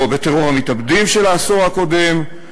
או בטרור המתאבדים של העשור הקודם,